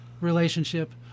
relationship